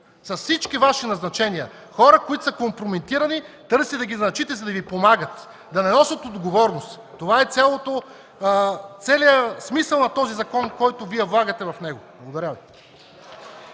с всички Ваши назначения! Хора, които са компрометирани, търсите да ги назначите, за да Ви помагат, да не носят отговорност. Това е целият смисъл, който влагате в този закон. Благодаря Ви.